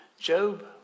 Job